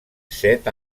set